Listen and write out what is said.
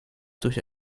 durch